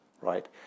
right